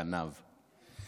גנב.